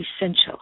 essential